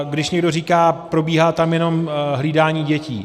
Když někdo říká, probíhá tam jenom hlídání dětí.